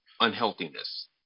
unhealthiness